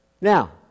Now